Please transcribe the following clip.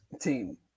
team